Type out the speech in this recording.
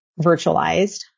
virtualized